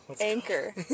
Anchor